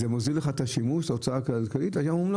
זה מוזיל לך את השימוש,